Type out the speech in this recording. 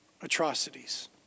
atrocities